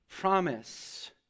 promise